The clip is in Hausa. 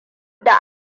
da